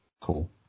Cool